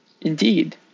Indeed